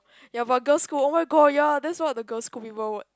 ya but girls school oh-my-god ya that's what the girls school people would